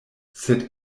sed